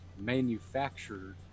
manufactured